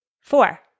four